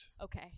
Okay